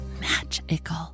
magical